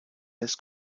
des